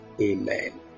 Amen